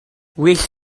well